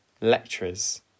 lecturers